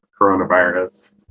coronavirus